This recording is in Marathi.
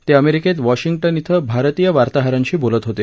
ते अमेरिकेत वॉशिंग्टन श्वे भारतीय वार्ताहरांशी बोलत होते